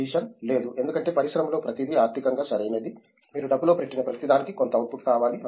జీషన్ లేదు ఎందుకంటే పరిశ్రమలో ప్రతిదీ ఆర్థికంగా సరైనది మీరు డబ్బులో పెట్టిన ప్రతిదానికీ కొంత అవుట్పుట్ కావాలి